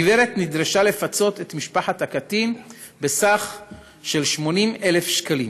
הגברת נדרשה לפצות את משפחת הקטין בסכום של 80,000 שקלים.